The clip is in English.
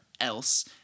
else